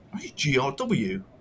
GRW